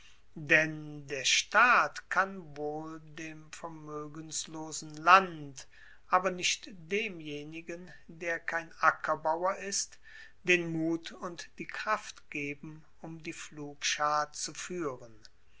denn der staat kann wohl dem vermoegenlosen land aber nicht demjenigen der kein ackerbauer ist den mut und die kraft geben um die pflugschar zu fuehren